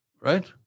right